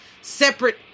separate